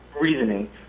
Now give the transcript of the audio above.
reasoning